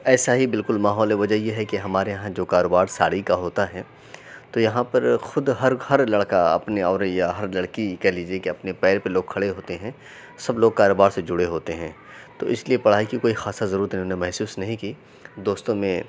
ایسا ہی بالکل ماحول ہے وجہ یہ ہے کہ ہمارے یہاں جو کاروبار ساڑی کا ہوتا ہے تو یہاں پر خود ہر گھر لڑکا اپنے اور یا ہر لڑکی کہہ لیجیے کہ اپنے پیر پہ لوگ کھڑے ہوتے ہیں سب لوگ کاروبار سے جڑے ہوتے ہیں تو اس لیے پڑھائی کی کوئی خاصا ضرورت انہوں نے محسوس نہیں کی دوستوں نے